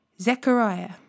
Zechariah